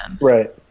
Right